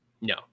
No